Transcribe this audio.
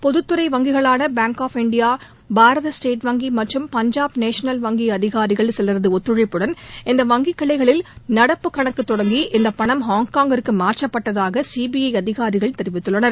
பொதுத்துறை வங்கிகளான bank of India Bharat state வங்கி மற்றும் பஞ்சாப் நேஷனல் வங்கி அதிகாரிகள் சிலரது ஒத்துழைப்புடன் இந்த வங்கிக் கிளைகளில் நடப்பு கணக்கு தொடங்கி இந்தப் பணம் ஹாங்காங்கிற்கு மாற்றப்பட்டதாக சிபிஐ அதிகாரிகள் தெரிவித்துள்ளனர்